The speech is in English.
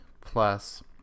plus